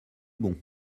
bon